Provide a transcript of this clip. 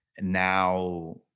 now